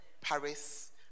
Paris